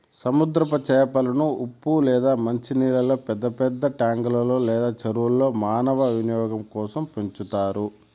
సముద్రపు చేపలను ఉప్పు లేదా మంచి నీళ్ళల్లో పెద్ద పెద్ద ట్యాంకులు లేదా చెరువుల్లో మానవ వినియోగం కోసం పెంచుతారు